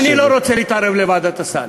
אני לא רוצה להתערב בוועדת הסל.